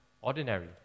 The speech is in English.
ordinary